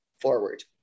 forward